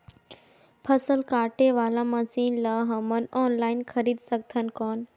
फसल काटे वाला मशीन ला हमन ऑनलाइन खरीद सकथन कौन?